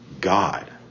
God